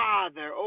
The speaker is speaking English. Father